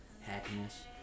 happiness